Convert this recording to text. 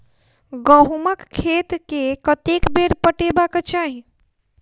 गहुंमक खेत केँ कतेक बेर पटेबाक चाहि?